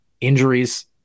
injuries